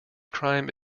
crime